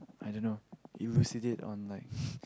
I don't know elucidate on like